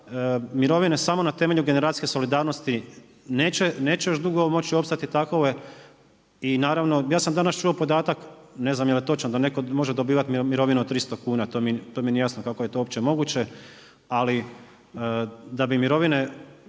mirovine samo na temelju generacijske solidarnosti, neće još dugo moći opstati takove i naravno, ja sam danas čuo podatak, ne znam dal je točan, da netko može dobivati mirovati od 300 kn. To mi nije jasno kako je to uopće moguće, ali da bi mirovine